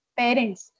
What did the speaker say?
parents